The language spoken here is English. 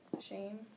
Shame